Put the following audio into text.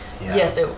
Yes